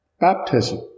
Baptism